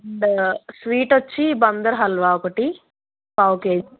and sweet వచ్చి బందర్ హల్వా ఒకటి పావ్ కేజీ